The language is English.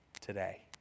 today